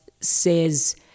says